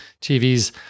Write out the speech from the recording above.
TVs